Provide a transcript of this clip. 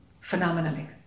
phenomenally